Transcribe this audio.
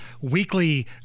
weekly